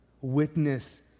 Witness